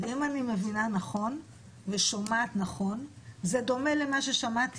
אם אני מבינה ושומעת נכון זה דומה למה ששמעתי